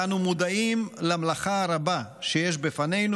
ואנו מודעים למלאכה הרבה שיש בפנינו